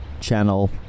channel